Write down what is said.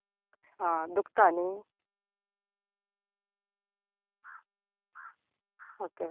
ही दुखता न्ही ओके